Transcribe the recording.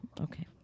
Okay